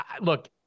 Look